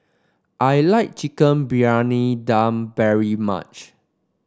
I like Chicken Briyani Dum very much